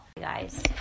Guys